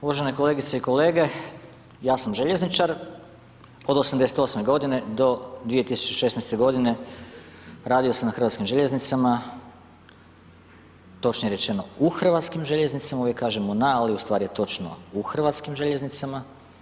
Uvažene kolegice i kolege, ja sam željezničar od '88. g. do 2016. g., radio sam na Hrvatskim željeznicama, točnije rečeno u Hrvatskim željeznicama, uvijek kažemo na ali ustvari je točno u Hrvatskim željeznicama.